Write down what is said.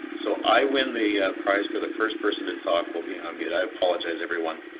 so i win the prize for the first person to talk while being on mute. i apologize everyone.